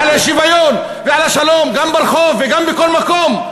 על הקיום ועל השוויון ועל השלום גם ברחוב וגם בכל מקום,